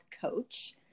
coach